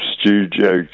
Studio